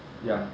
ya